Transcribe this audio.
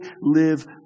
live